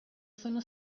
sono